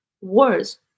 words